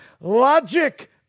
logic